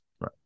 right